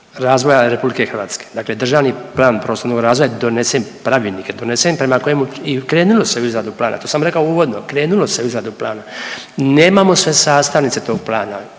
razvoja RH, dakle državni plan prostornog razvoja je donesen pravilnik je donesen prema kojemu se i u krenulo se u izradu plana to sam rekao uvodno, krenulo se u izradu planova. Nemamo sve sastavnice toga plan